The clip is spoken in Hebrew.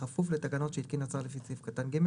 בכפוף לתקנות שהתקין השר לפי סעיף קטן (ג),